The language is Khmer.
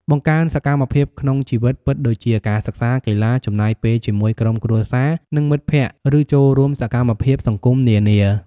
បង្កើនសកម្មភាពក្នុងជីវិតពិតដូចជា ការសិក្សា កីឡា ចំណាយពេលជាមួយក្រុមគ្រួសារ និងមិត្តភក្តិ ឬចូលរួមសកម្មភាពសង្គមនានា។